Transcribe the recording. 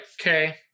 Okay